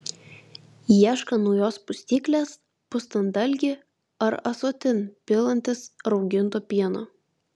ieškant naujos pustyklės pustant dalgį ar ąsotin pilantis rauginto pieno